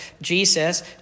Jesus